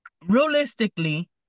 realistically